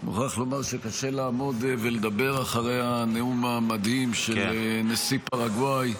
אני מוכרח לומר שקשה לעמוד ולדבר אחרי הנאום המדהים של נשיא פרגוואי.